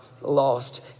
Lost